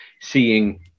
seeing